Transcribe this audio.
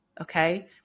okay